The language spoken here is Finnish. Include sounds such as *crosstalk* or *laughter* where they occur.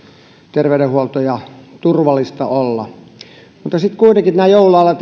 terveydenhuolto ja turvallista olla mutta sitten kuitenkin näin joulun alla *unintelligible*